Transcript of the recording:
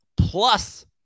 plus